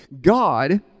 God